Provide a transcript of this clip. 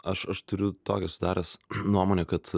aš aš turiu tokią susidaręs nuomonę kad